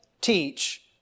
teach